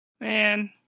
man